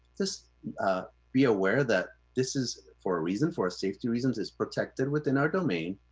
just be aware that this is for a reason for safety reasons is protected within our domain,